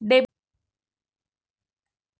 Debit कार्डमध्ये पैसे फसवणूक होत नाही ना?